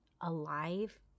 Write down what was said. alive